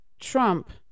Trump